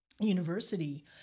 University